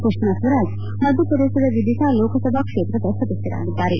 ಸುಷ್ಮಾ ಸ್ವರಾಜ್ ಮಧ್ಯಪ್ರದೇಶದ ವಿಡಿತಾ ಲೋಕಸಭಾ ಕ್ಷೇತ್ರದ ಸದಸ್ಯರಾಗಿದ್ದಾರೆ